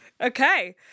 Okay